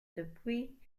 depuis